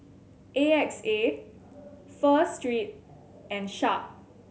A X A Pho Street and Sharp